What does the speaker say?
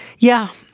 yeah,